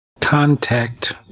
Contact